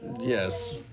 Yes